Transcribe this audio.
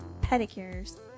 pedicures